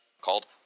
called